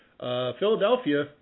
Philadelphia